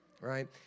Right